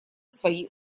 свои